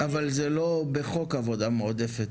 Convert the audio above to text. אבל זה לא בחוק עבודה מועדפת.